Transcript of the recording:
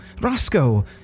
Roscoe